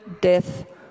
death